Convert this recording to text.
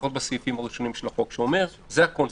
לפחות בסעיפים הראשונים של החוק שאומר שזה הקונספט.